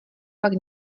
pak